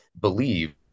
believe